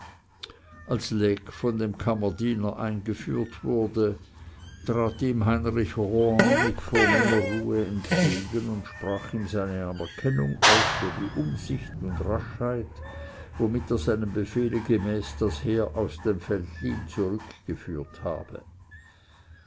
als lecques von dem kammerdiener eingeführt wurde trat ihm heinrich rohan mit vornehmer ruhe entgegen und sprach ihm seine anerkennung aus für die umsicht und raschheit womit er seinem befehle gemäß das heer aus dem veltlin zurückgeführt habe